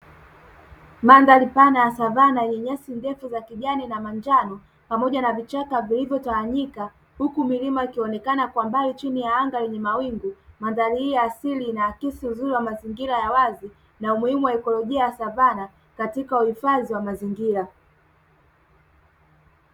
Mandhari pana ya savanna yenye nyasi ndefu za kijani na manjano pamoja na vichaka vilivyotawanyika huku milima ikionekana kwa mbali chini ya anga lenye mawingu, mandhari hii ya asili inaakisi uzuri wa mazingira ya wazi na umuhimu wa ikolojia ya savanna katika uhifadhi wa mazingira.